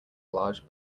large